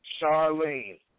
Charlene